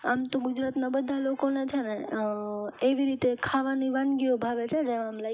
આમ તો ગુજરાતના બધાં લોકો છે ને એવી રીતે ખાવાની વાનગીઓ ભાવે છે જે આમ લાઈક